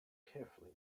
carefully